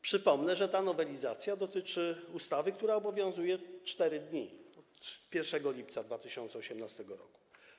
Przypomnę, że ta nowelizacja dotyczy ustawy, która obowiązuje 4 dni, od 1 lipca 2018 r.